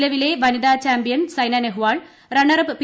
നിലവിലെ വനിതാ champion Saina Nehwal runner up P